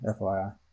FYI